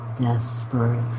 desperate